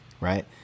Right